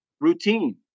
Routine